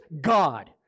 God